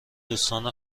دوستان